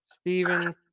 Stephen